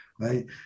right